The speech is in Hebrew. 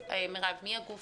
מירב, מי הגוף